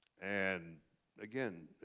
and again,